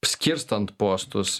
skirstant postus